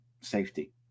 safety